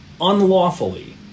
unlawfully